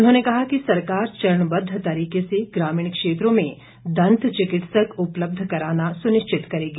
उन्होंने कहा कि सरकार चरणबद्ध तरीके से ग्रामीण क्षेत्रों में दंत चिकित्सक उपलब्ध कराना सुनिश्चित करेगी